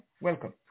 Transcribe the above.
welcome